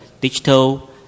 digital